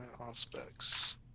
aspects